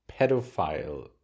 pedophile